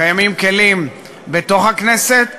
קיימים כלים בתוך הכנסת,